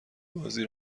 بازی